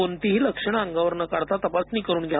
कोणतेही लक्षण अंगावर न काढता तपासणी करून घ्या